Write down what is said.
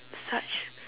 such